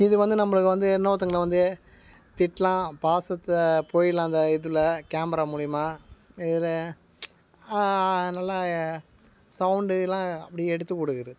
இது வந்து நம்மளுக்கு வந்து இன்னோருத்தங்கள வந்து திட்டலாம் பாசத்தை பொழியலாம் அந்த இதுல கேமரா மூலிமா இதில் நல்லா சவுண்டுலாம் அப்படியே எடுத்துக் கொடுக்குது